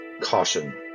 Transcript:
caution